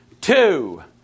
two